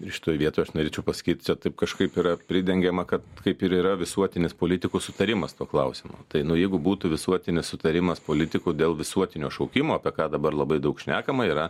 ir šitoj vietoj aš norėčiau pasakyt čia taip kažkaip yra pridengiama kad kaip ir yra visuotinis politikų sutarimas tuo klausimu tai nu jeigu būtų visuotinis sutarimas politikų dėl visuotinio šaukimo apie ką dabar labai daug šnekama yra